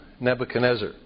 Nebuchadnezzar